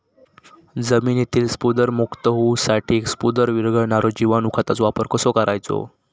जमिनीतील स्फुदरमुक्त होऊसाठीक स्फुदर वीरघळनारो जिवाणू खताचो वापर कसो करायचो?